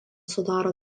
sudaro